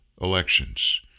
elections